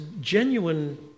genuine